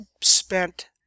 spent